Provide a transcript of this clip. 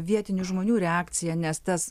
vietinių žmonių reakcija nes tas